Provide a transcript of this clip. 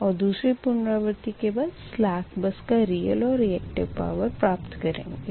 और दूसरी पुनरावर्ती के बाद सलेक बस slack बस का रीयल और रीयक्टिव पावर प्राप्त करेंगे